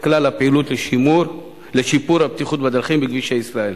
כלל הפעילות לשיפור הבטיחות בדרכים בכבישי ישראל.